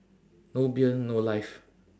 no beer no life